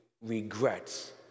regrets